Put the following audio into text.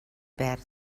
perd